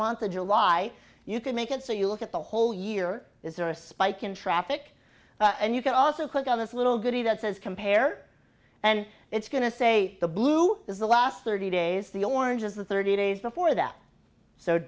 month of july you could make it so you look at the whole year is there a spike in traffic and you can also click on this little goodie that says compare and it's going to say the blue is the last thirty days the orange is the thirty days before that so